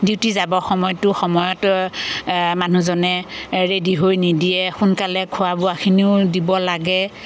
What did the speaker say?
duty যাব সময়তো সময়ত মানুহজনে ৰেডি হৈ নিদিয়ে সোনকালে খোৱা বোৱাখিনিও দিব লাগে